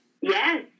Yes